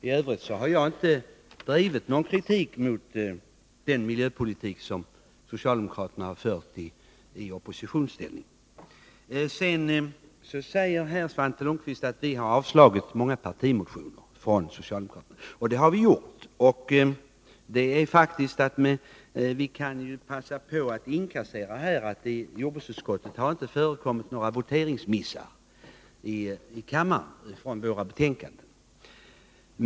I övrigt har jag inte riktat någon kritik mot den miljöpolitik som socialdemokraterna har fört i oppositionsställning. Svante Lundkvist säger att vi har avslagit många partimotioner från socialdemokraterna, och det har vi gjort. Jag kan passa på att här poängtera att det inte har förekommit några voteringsmissar i kammaren vid omröstningarna med anledning av jordbruksutskottets betänkanden.